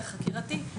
החקירתי,